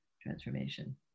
transformation